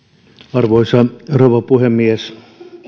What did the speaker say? arvoisa rouva puhemies